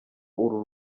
uru